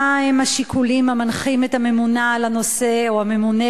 מהם השיקולים המנחים את הממונָה על הנושא או הממונה,